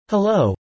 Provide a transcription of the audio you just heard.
Hello